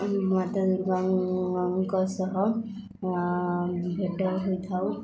ମାତା ଦୁର୍ଗାଙ୍କ ସହ ଭେଟ ହୋଇଥାଉ